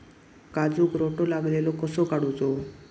काजूक रोटो लागलेलो कसो काडूचो?